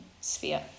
sphere